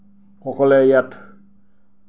সকলে ইয়াত